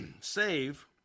save